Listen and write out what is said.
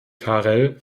karel